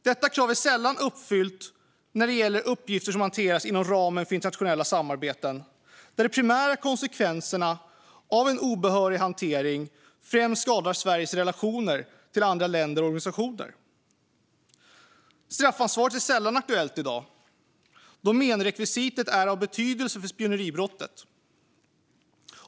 Detta krav är sällan uppfyllt när det gäller uppgifter som hanteras inom ramen för internationella samarbeten, där de primära konsekvenserna av en obehörig hantering främst skadar Sveriges relationer till andra länder och organisationer. Straffansvaret är sällan aktuellt i dag då menrekvisitet är av betydelse för spioneribrottet.